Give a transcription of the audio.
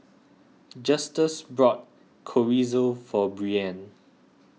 Justus brought Chorizo for Brianne